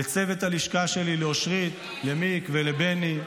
לצוות הלשכה שלי, לאושרית, למיק ולבני.